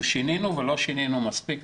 אנחנו שינינו אבל לא שינינו מספיק,